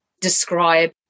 describe